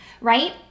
Right